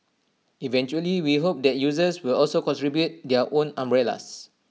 eventually we hope that users will also contribute their own umbrellas